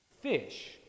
fish